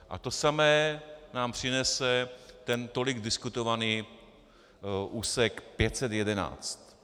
A to samé nám přinese ten tolik diskutovaný úsek 511.